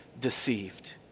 deceived